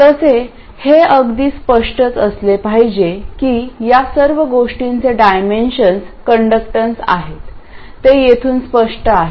तसे हे अगदी स्पष्टच असले पाहिजे की या सर्व गोष्टींचे डायमेन्शन्स कण्डक्टॅन्स आहेत ते येथून स्पष्ट आहेत